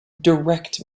direct